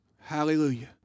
Hallelujah